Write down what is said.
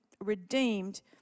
redeemed